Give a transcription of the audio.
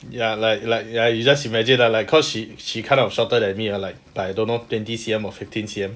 ya like like you you just imagine ah like cause she she kind of shorter than me like like I don't know twenty C_M or fifteen C_M